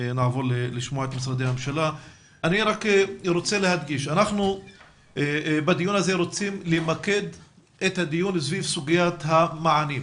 אני רוצה להדגיש שבדיון הזה אנחנו רוצים למקד בסוגיית המענים,